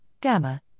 gamma